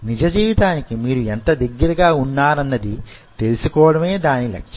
నిజ జీవితానికి మీరు యెంత దగ్గరగా ఉన్నారనేది తెలుసుకోవడమే దాని లక్ష్యం